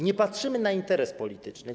Nie patrzymy na interes polityczny.